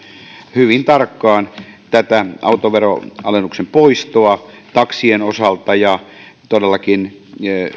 hyvin tarkkaan tätä autoveroalennuksen poistoa taksien osalta ja todellakin